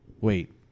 Wait